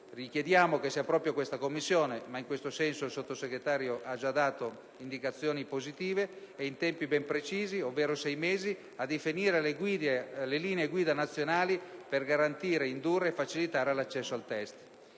Richiediamo che sia proprio questa Commissione (ma il Sottosegretario ha già dato indicazioni positive in questo senso) in tempi ben precisi, ovvero sei mesi, a definire le linee guida nazionali per garantire, indurre e facilitare l'accesso al test.